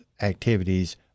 activities